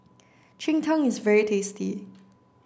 Cheng Tng is very tasty